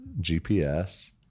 GPS